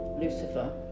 Lucifer